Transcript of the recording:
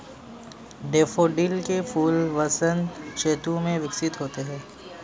daffodil के फूल वसंत ऋतु में विकसित होते हैं